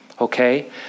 okay